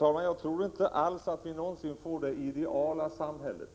Jag tror inte alls att vi någonsin får det ideala samhället.